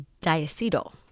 diacetyl